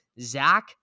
zach